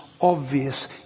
obvious